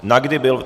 Na kdy byl